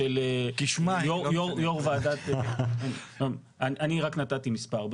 אני רק נתתי מספר.